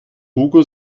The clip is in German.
hugo